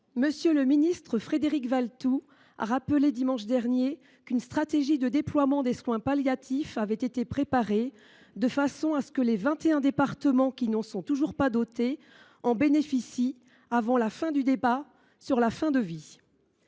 ministre délégué Frédéric Valletoux a rappelé dimanche dernier qu’une stratégie de déploiement des soins palliatifs avait été préparée, afin que les vingt et un départements qui n’en sont toujours pas dotés en bénéficient « avant la fin du débat sur la fin de vie